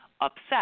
upset